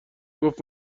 گفت